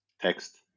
text